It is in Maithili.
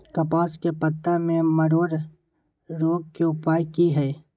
कपास के पत्ता में मरोड़ रोग के उपाय की हय?